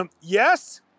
Yes